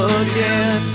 again